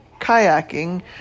kayaking